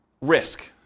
risk